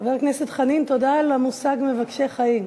חבר הכנסת חנין, תודה על המושג "מבקשי חיים".